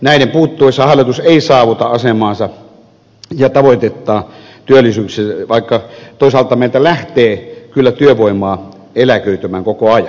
näiden puuttuessa hallitus ei saavuta asemaansa ja tavoitettaan työllisyydessä vaikka toisaalta meiltä lähtee kyllä työvoimaa eläköitymään koko ajan